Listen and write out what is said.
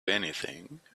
anything